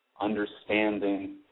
understanding